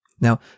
Now